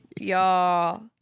y'all